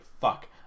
fuck